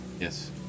Yes